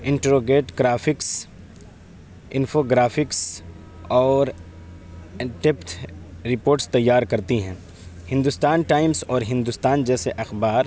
interrogate graphics info graphics اور reports تیار کرتی ہیں ہندوستان ٹائمس اور ہندوستان جیسے اخبار